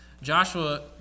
Joshua